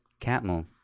Catmull